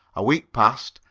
a week passed,